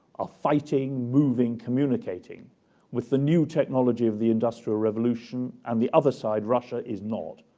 are fighting, moving, communicating with the new technology of the industrial revolution and the other side, russia is not.